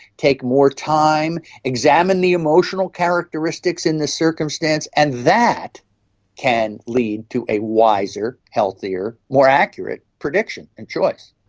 take more time, examine the emotional characteristics in this circumstance. and that can lead to a wiser healthier, more accurate prediction and choice.